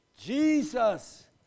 Jesus